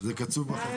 זה קצוב בחוק.